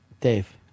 Dave